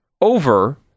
over